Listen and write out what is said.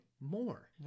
more